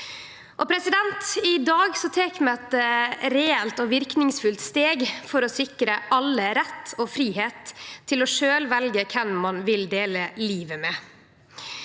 I dag tek vi eit reelt og verknadsfullt steg for å sikre alle rett og fridom til sjølve å velje kven ein vil dele livet med,